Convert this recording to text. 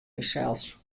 mysels